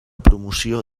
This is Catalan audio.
promoció